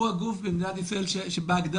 הוא הגוף במדינת ישראל שבהגדרתו,